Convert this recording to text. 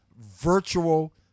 virtual